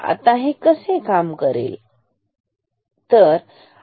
तर हे कसे काम करेल